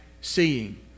seeing